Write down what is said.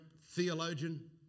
theologian